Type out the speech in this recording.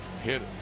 hit